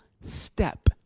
step